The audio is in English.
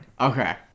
Okay